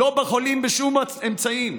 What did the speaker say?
לא בוחלים בשום אמצעים.